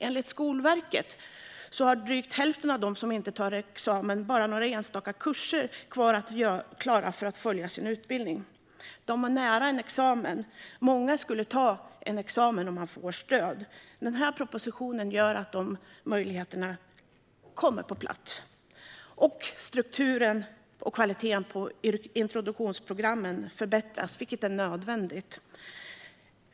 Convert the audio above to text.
Enligt Skolverket har drygt hälften av dem som inte tar examen bara några enstaka kurser kvar att klara för att fullfölja sin utbildning. De är alltså nära en examen. Många av dem skulle ta en examen om de fick stöd. Den här propositionen innebär att sådana möjligheter nu kommer på plats. Strukturen och kvaliteten på introduktionsprogrammen förbättras också, vilket är nödvändigt.